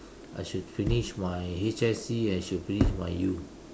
I should finish my H_S_C I should finish my U